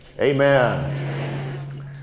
amen